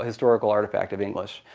historical artifact of english.